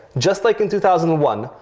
just like in two thousand and one,